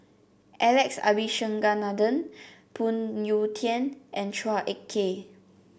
Alex Abisheganaden Phoon Yew Tien and Chua Ek Kay